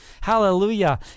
Hallelujah